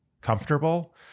comfortable